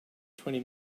twenty